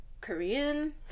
Korean